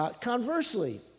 Conversely